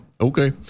Okay